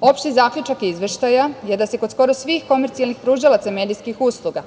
Opšti zaključak Izveštaja je da se kod skoro svih komercijalnih pružalaca medijskih usluga